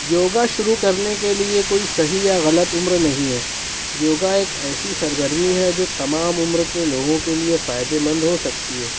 یوگا شروع کرنے کے لیے کوئی صحیح یا غلط عمر نہیں ہے یوگا ایک ایسی سرگرمی ہے جو تمام عمر کے لوگوں کے لیے فائدے مند ہو سکتی ہے